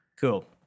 Cool